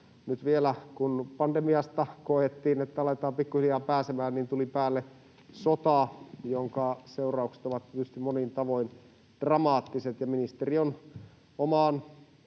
nyt vielä, kun koettiin, että pandemiasta aletaan pikkuhiljaa pääsemään, tuli päälle sota, jonka seuraukset ovat tietysti monin tavoin dramaattiset. Ministeri on omaan